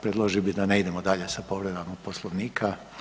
Predložio bi da ne idemo dalje sa povredama Poslovnika.